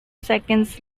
seconds